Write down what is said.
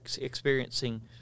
experiencing